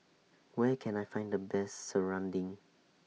Where Can I Find The Best Serunding